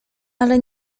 ale